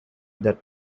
that